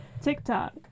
TikTok